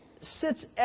sits